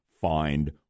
find